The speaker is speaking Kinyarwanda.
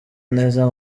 neza